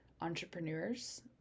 entrepreneurs